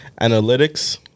analytics